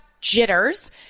jitters